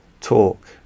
talk